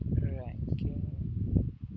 ranking